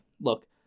look